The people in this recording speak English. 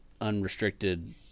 unrestricted